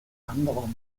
anderer